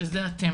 הצד השני זה אתם,